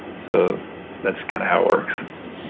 so that's kind of how it works.